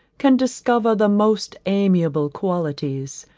can discover the most amiable qualities.